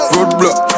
Roadblock